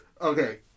Okay